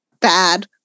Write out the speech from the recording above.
bad